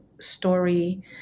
story